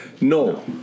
no